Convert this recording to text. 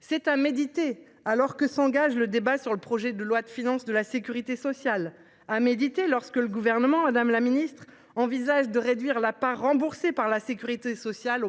sont à méditer, alors que s’engage le débat sur le projet de loi de financement de la sécurité sociale, et alors que le Gouvernement, madame la ministre, envisage de réduire la part remboursée aux patients par la sécurité sociale